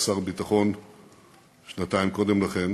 שהיה שר הביטחון שנתיים קודם לכן,